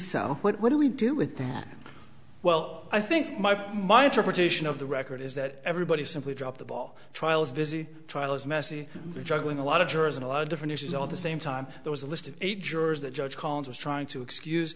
so what do we do with the well i think my my interpretation of the record is that everybody simply dropped the ball trials busy trials messy juggling a lot of jurors and a lot of different issues all the same time there was a list of eight jurors that judge collins was trying to excuse